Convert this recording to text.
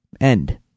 end